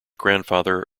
grandfather